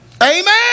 Amen